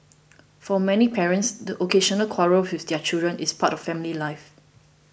for many parents the occasional quarrel with their children is part of family life